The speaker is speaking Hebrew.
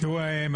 בראש ובראשונה,